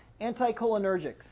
anticholinergics